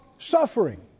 Suffering